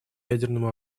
ядерному